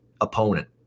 opponent